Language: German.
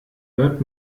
hört